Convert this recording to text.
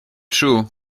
true